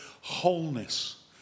wholeness